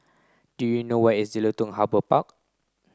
do you know where is Jelutung Harbour Park